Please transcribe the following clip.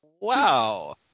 wow